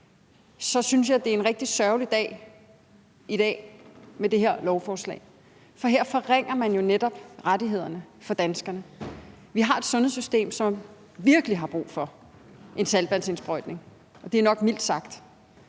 så synes jeg, det er en rigtig sørgelig dag i dag med det her lovforslag, for her forringer man jo netop rettighederne for danskerne. Vi har et sundhedssystem, som virkelig har brug for en saltvandsindsprøjtning, og det er nok mildt sagt.